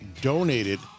Donated